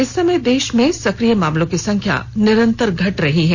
इस समय देश में सक्रिय मामलों की संख्या निरंतर घट रही है